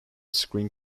screen